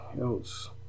else